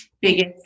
biggest